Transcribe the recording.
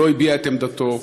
לא הביע את עמדתו,